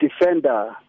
defender